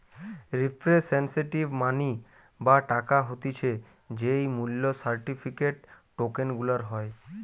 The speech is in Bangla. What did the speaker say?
রিপ্রেসেন্টেটিভ মানি বা টাকা হতিছে যেই মূল্য সার্টিফিকেট, টোকেন গুলার হয়